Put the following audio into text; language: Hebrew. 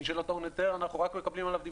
מי שלא טעון היתר אנחנו רק מקבלים עליו דיווחים.